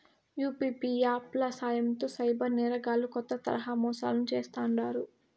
UPI app ల సాయంతో cyber నేరగాల్లు కొత్త తరహా మోసాలను చేస్తాండారు